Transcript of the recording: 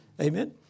Amen